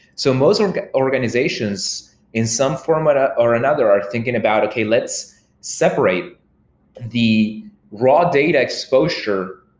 so most ah organizations in some form but or another are thinking about, okay, let's separate the raw data exposure,